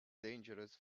dangerous